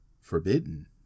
forbidden